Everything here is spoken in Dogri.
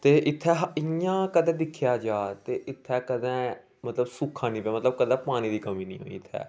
ते इ'त्थें इ'यां कदें दिक्खेआ जा ते इ'त्थें कदें मतलब सूखा निं र'वा मतलब कदें पानी दी कमी निं होई इ'त्थें